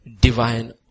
divine